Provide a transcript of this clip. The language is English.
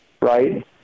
right